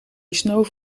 snoof